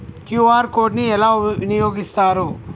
QR code ని ఎలా వినియోగిస్తారు?